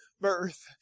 birth